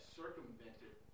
circumvented